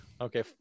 Okay